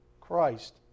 Christ